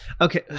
Okay